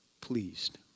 pleased